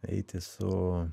eiti su